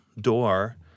door